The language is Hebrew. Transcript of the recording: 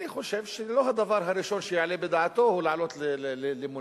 אני לא חושב שהדבר הראשון שיעלה בדעתו הוא לעלות למונית,